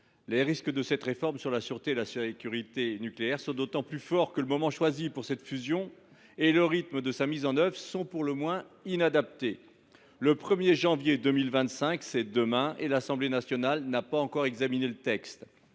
que présente cette réforme de la sûreté et de la sécurité nucléaires sont d’autant plus élevés que le moment choisi pour cette fusion et le rythme de sa mise en œuvre sont pour le moins inadaptés. Le 1janvier 2025, c’est demain, et l’Assemblée nationale n’a pas encore examiné le texte.